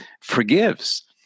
forgives